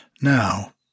Now